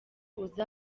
uza